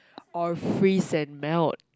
or freeze and melt